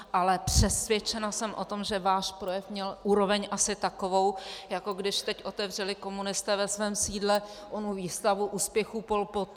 Ale přesvědčena jsem o tom, že váš projev měl úroveň asi takovou, jako když teď otevřeli komunisté ve svém sídle onu výstavu úspěchů Pol Pot...